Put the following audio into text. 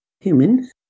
human